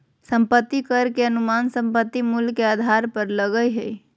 संपत्ति कर के अनुमान संपत्ति मूल्य के आधार पर लगय हइ